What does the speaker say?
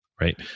Right